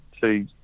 two